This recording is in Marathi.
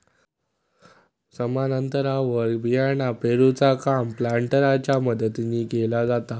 समान अंतरावर बियाणा पेरूचा काम प्लांटरच्या मदतीने केला जाता